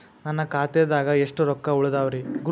ನನ್ನ ಖಾತೆದಾಗ ಎಷ್ಟ ರೊಕ್ಕಾ ಉಳದಾವ್ರಿ?